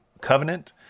covenant